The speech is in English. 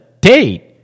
date